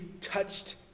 touched